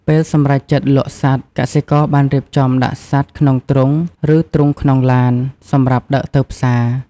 ពេលសម្រេចចិត្តលក់សត្វ កសិករបានរៀបចំដាក់សត្វក្នុងទ្រុង ឬទ្រុងក្នុងឡាន សម្រាប់ដឹកទៅផ្សារ។